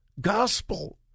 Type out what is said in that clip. gospel